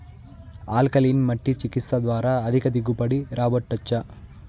alkaline మట్టి చికిత్స ద్వారా అధిక దిగుబడి రాబట్టొచ్చా